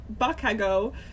Bakago